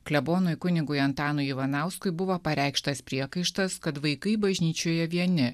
klebonui kunigui antanui ivanauskui buvo pareikštas priekaištas kad vaikai bažnyčioje vieni